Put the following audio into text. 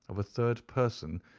of a third person,